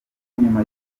nyuma